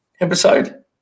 episode